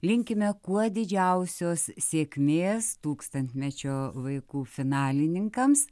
linkime kuo didžiausios sėkmės tūkstantmečio vaikų finalininkams